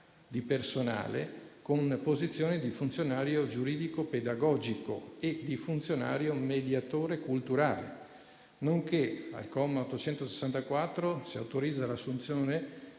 di personale con posizione di funzionario giuridico-pedagogico e di funzionario mediatore culturale. Al comma 864 dell'articolo 1 si autorizza l'assunzione